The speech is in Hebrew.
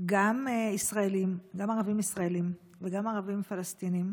גם ערבים ישראלים וגם ערבים פלסטינים,